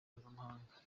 mpuzamahanga